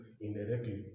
indirectly